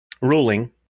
ruling